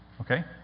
Okay